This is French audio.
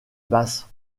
basse